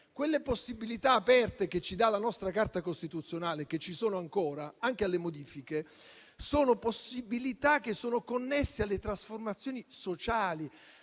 Le possibilità aperte che ci dà la nostra Carta costituzionale e che ci sono ancora anche alle modifiche, sono connesse alle trasformazioni sociali.